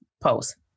post